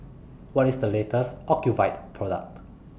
What IS The latest Ocuvite Product